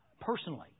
Personally